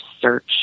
search